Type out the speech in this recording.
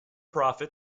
profit